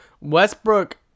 Westbrook